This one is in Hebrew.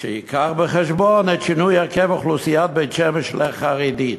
שיביא בחשבון את שינוי הרכב אוכלוסיית בית-שמש לחרדית.